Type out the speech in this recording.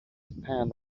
spend